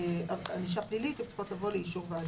ענישה פלילית, צריכות לבוא לאישור הוועדה.